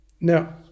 Now